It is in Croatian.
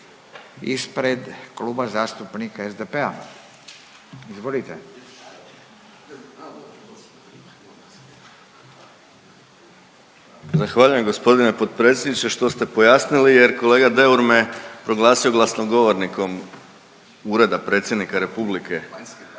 ispred Kluba zastupnika SDP-a. Izvolite. **Bauk, Arsen (SDP)** Zahvaljujem g. potpredsjedniče što ste pojasnili jer kolega Deur me proglasio glasnogovornikom Ureda predsjednika Republike.